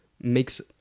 makes